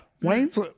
Wayne's